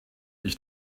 ich